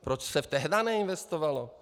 Proč se tehdá neinvestovalo?